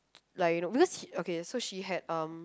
like you know because okay so she had um